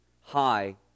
High